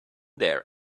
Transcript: there